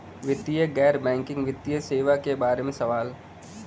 वैकल्पिक गैर बैकिंग वित्तीय सेवा के बार में सवाल?